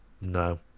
no